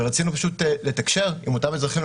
ורצינו לתקשר עם אותם אזרחים,